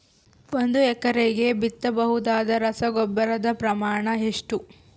ಒಂದು ಎಕರೆಗೆ ಬಿತ್ತಬಹುದಾದ ರಸಗೊಬ್ಬರದ ಪ್ರಮಾಣ ಎಷ್ಟು?